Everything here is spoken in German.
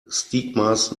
stigmas